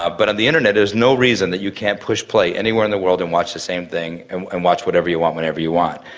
but on the internet there's no reason that you can't push play anywhere in the world and watch the same thing and and watch whatever you want, whenever you want.